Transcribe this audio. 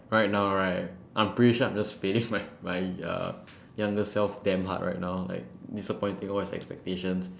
right now right I am pretty sure I'm just failing my my uh youngest self damn hard right now like disappointing all his expectations